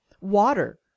Water